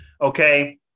okay